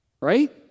right